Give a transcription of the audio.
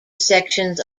sections